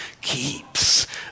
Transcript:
keeps